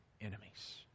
enemies